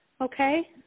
Okay